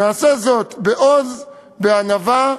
נעשה זאת בעוז, בענווה,